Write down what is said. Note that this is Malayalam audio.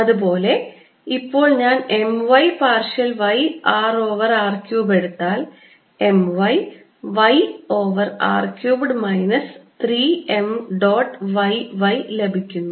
അതുപോലെ ഇപ്പോൾ ഞാൻ m y partial y r over r cube എടുത്താൽ m y y over r cubed minus 3 m dot y y ലഭിക്കുന്നു